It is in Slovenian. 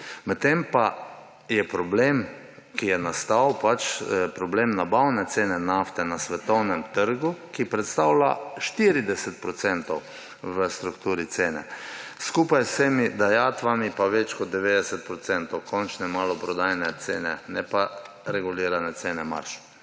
Medtem pa je problem, ki je nastal, problem nabavne cene nafte na svetovnem trgu, ki predstavlja 40 % v strukturi cene, skupaj z vsemi dajatvami pa več kot 90 % končne maloprodajne cene, ne pa regulirane cene marž.